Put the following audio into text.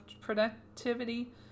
productivity